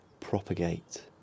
propagate